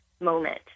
moment